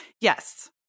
Yes